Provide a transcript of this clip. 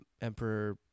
emperor